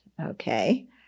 okay